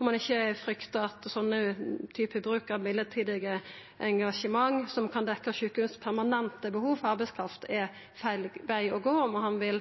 om han ikkje fryktar at ein slik bruk av midlertidige engasjement til å dekkja dei permanente behova sjukehusa har for arbeidskraft, er feil veg å gå, og om han vil